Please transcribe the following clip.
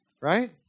right